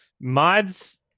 mods